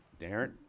Darren